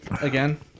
Again